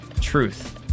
Truth